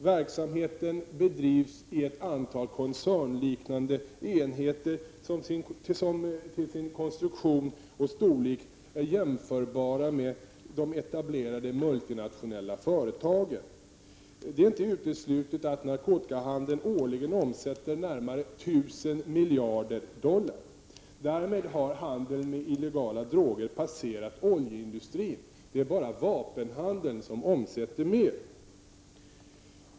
Verksamheten bedrivs i ett antal koncernliknande enheter som till sin konstruktion och storlek är väl jämförbara med de etablerade multinationella industriföretagen. Det är inte uteslutet att narkotikahandeln årligen omsätter närmare 1 000 miljarder dollar. Därmed har handeln med illegala droger passerat oljeindustrin. Det är bara vapenhandeln som omsätter mer.